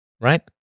right